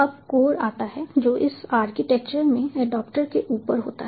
अब कोर आता है जो उस आर्किटेक्चर में एडॉप्टर के ऊपर होता है